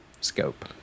scope